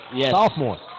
sophomore